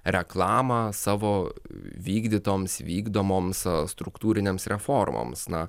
reklamą savo vykdytoms vykdomoms struktūrinėms reformoms na